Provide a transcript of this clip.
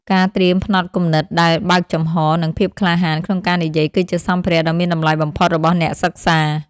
ការត្រៀមផ្នត់គំនិតដែលបើកចំហ និងភាពក្លាហានក្នុងការនិយាយ គឺជាសម្ភារៈដ៏មានតម្លៃបំផុតរបស់អ្នកសិក្សា។